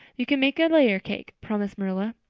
you can make a layer cake, promised marilla.